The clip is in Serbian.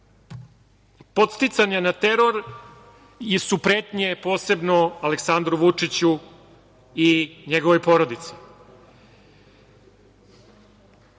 podsticanja na teror su i pretnje, posebno Aleksandru Vučiću i njegovoj porodici.